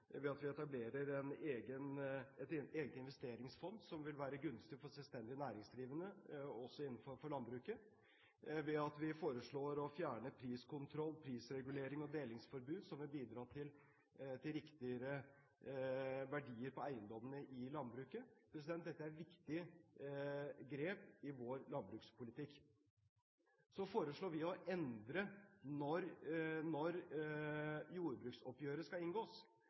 ved at vi etablerer et eget investeringsfond som vil være gunstig for selvstendig næringsdrivende innenfor landbruket, ved at vi foreslår å fjerne priskontroll, prisregulering og delingsforbud, noe som vil bidra til riktigere verdier på eiendommene i landbruket. Dette er viktige grep i vår landbrukspolitikk. Så foreslår vi å endre tiden for når jordbruksoppgjøret skal inngås,